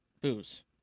booze